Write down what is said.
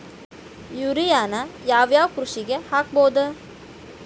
ಯೂರಿಯಾನ ಯಾವ್ ಯಾವ್ ಕೃಷಿಗ ಹಾಕ್ಬೋದ?